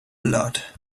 lot